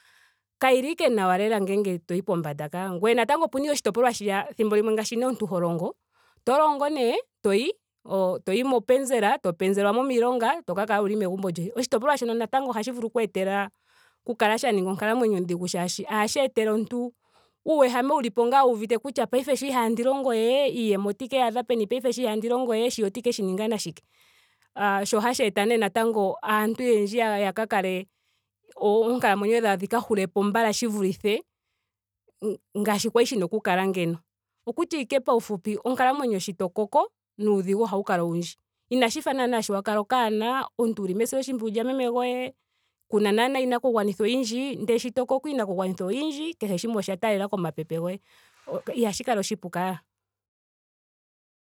Kayili nawa lela ngele toyi pombanda kaa. Ngweye natango opena natango oshitopolwa shiya thimbo limwe ngaashi nee omuntu ho longo. oto longo nee. to yi- toyi mopenzela. to penzelwamo miilonga to ka kala wuli megumbo lyoye. Oshitopolwa shono natango ohashi vulu okweetela okukala sha ninga onkalamwenyo ondhigu molwaashoka ohashi etele omuntu uuwehame wulipo wuuviite ngaa kutya ngaashingeyi sho ihaandi longo we iiyemo otandi keyi adha we peni ngaashingeyi sho ihaandi longo we. shiya otandi ke shi ninga nashike. aah sho hashi eta natango aantu oyendji yaka kale oonkalamwenyo dhawo dhi ka hulepo mbala shi vulithe ngaashi kwali shina oku kala ngeno. Okutya ashike paufupi. onkalamwenyo sho to koko nuudhigu ohau kala owundji. Inshi fa naana sho wa kala okanona. omuntu wuli mesiloshimpwuyu lya meme goye. kuna naana iinakugwanitha oyindji. ndele sho koko iinakugwanithwa oyindi. kehe shimwe osha taalela komapepe goye. Ihashi kala oshipu kaa.